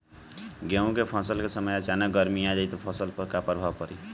गेहुँ के फसल के समय अचानक गर्मी आ जाई त फसल पर का प्रभाव पड़ी?